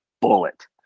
bullet